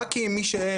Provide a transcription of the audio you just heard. רק כי הם מי שהם,